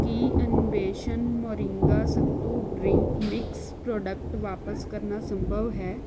ਕੀ Anveshan moringa sattu drink mix product ਵਾਪਸ ਕਰਨਾ ਸੰਭਵ ਹੈ